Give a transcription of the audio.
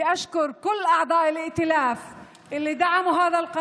אני רוצה להודות לכל חברי הקואליציה שתמכו בחוק הזה,